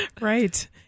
Right